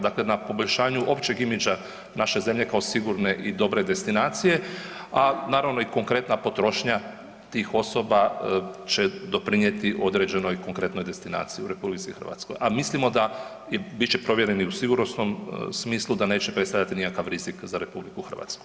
Dakle, na poboljšanju općeg imidža naše zemlje kao sigurne i dobre destinacije, a naravno i konkretna potrošnja tih osoba će doprinijeti određenoj konkretnoj destinaciji u RH, a mislimo da, bit će provjereno i u sigurnosnom smislu, da neće predstavljati nikakav rizik za RH.